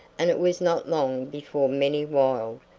and it was not long before many wild,